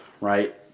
right